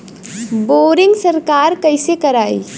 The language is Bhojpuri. बोरिंग सरकार कईसे करायी?